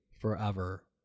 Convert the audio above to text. forever